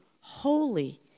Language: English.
Holy